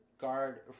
guard